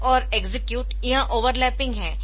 fetch और execute यह overlapping है